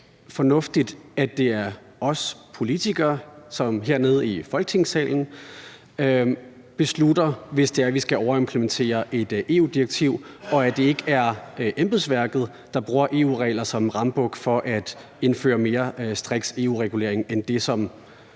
fornuftigt, at det er os politikere, som hernede i Folketingssalen beslutter det, hvis vi skal overimplementere et EU-direktiv, og at det ikke er embedsværket, der bruger EU-regler som en rambuk for at indføre en EU-regulering, der er